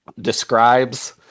describes